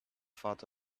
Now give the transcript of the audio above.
thought